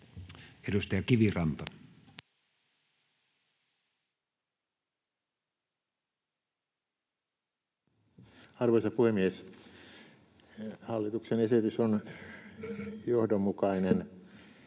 Edustaja Kiviranta. Arvoisa puhemies! Hallituksen esitys on johdonmukainen